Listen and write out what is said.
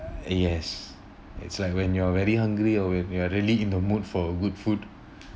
yes it's like when you're very hungry or when we are really in the mood for good food